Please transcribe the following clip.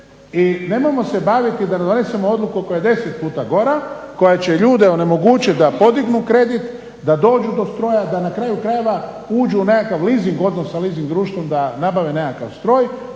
I nemojmo se baviti da donesemo odluku koja je deset puta gora, koja će ljude onemogućit da podignu kredit, da dođu do stroja, da na kraju krajeva uđu u nekakav leasing odnosa leasing društvom da nabave nekakav stroj